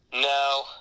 No